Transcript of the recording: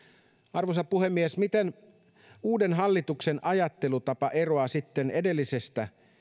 arvoisa puhemies miten uuden hallituksen ajattelutapa eroaa sitten edellisestä